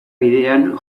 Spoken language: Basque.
bidean